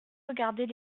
regardait